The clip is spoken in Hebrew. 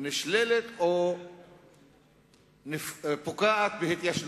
נשללת או פוקעת בהתיישנות.